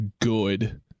Good